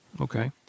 Okay